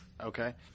Okay